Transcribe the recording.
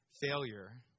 failure